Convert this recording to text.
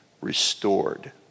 restored